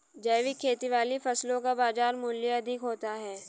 जैविक खेती वाली फसलों का बाजार मूल्य अधिक होता है